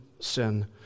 sin